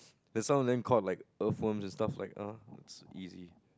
then some of them caught like earthworms and stuffs like uh it's easy